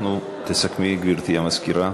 תסכמי, גברתי המזכירה.